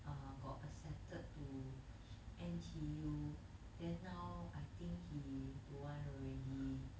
err got accepted to N_T_U then now I think he don't want already